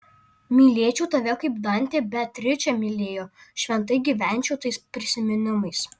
mylėčiau tave kaip dantė beatričę mylėjo šventai gyvenčiau tais prisiminimais